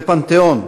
לפנתיאון,